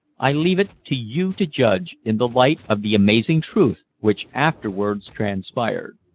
i leave it to you to judge in the light of the amazing truth which afterwards transpired.